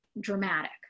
dramatic